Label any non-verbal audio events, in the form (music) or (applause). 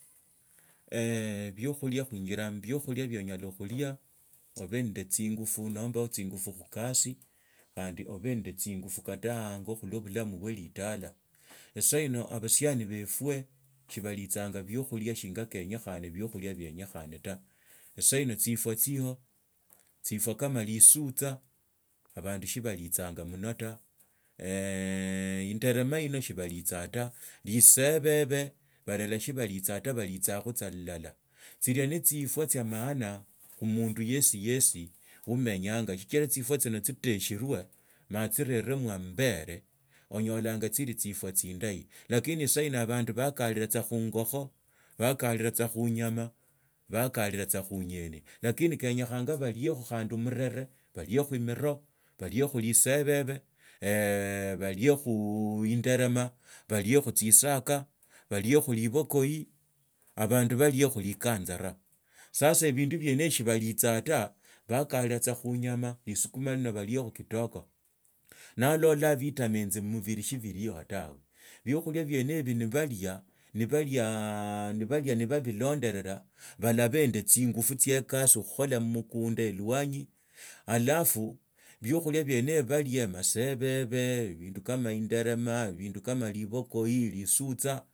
(hesitation) biokhulia khwenji raa mubiokhulia biokhunyala khulia oba nende tsingufu nomba tsingufu khukasi khandi obe nende tsingufu kata ango khulw bulanu bwe litala esahino abasianiberwe shibalitsanga shiokhulia shinga keenye khane na biokhulia bienyekhone ta esahino tsifsa tsiliho tsifwa kama lisutsa abandu sibalitsanga muno ta inderema ino sibalitsaa ta lisebebe barelashe sibaliitsa ta balitsakhu tsa ilaia tsilia ne tsifwa tsia maana khumundu yesi yesi umenyanya sichira tsifwa tsino tsiteshirwe matsireremwa ambeere onyolanga tsili tsifwa tsindahi lakini esahino abandu bakatira tsa khunyokho bakaarira tsa khunyama baakarira tsa khunyeni lakini kenye bhanga baliekhu khandi omurere baliekho emiroo baliekho tsisaka baliskho libakoi abandu baliekho emiroo baliekho vitamins mmubiri shibiliko tawe ebiokhulia buene hibio nibalia nibalia nebabirandolela balaba nende tsingufu tsie ekasi okhukhola mmukunda elwanyi halafu biokhulia biene hibio baalia omasebabe ebindu kama inderema ebindu kama liboko lisutsa